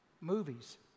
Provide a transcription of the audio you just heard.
Movies